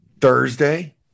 thursday